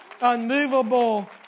Unmovable